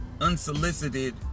unsolicited